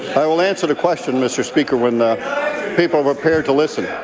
i will answer the question, mr. speaker, when the people are prepared to listen.